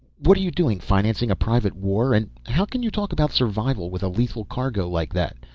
what are you doing, financing a private war? and how can you talk about survival with a lethal cargo like that?